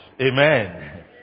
Amen